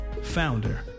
founder